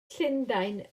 llundain